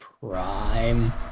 Prime